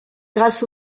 grâce